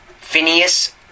Phineas